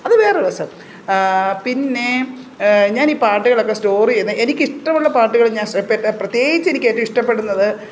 അത് വേറെയൊരു രസം പിന്നെ ഞാൻ ഈ പാട്ടുകളൊക്കെ സ്റ്റോർ ചെയ്യുന്ന എനിക്ക് ഇഷ്ടമുള്ള പാട്ടുകൾ ഞാൻ പ്രത്യേകിച്ചും എനിക്ക് ഇഷ്ടപ്പെടുന്നത്